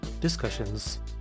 discussions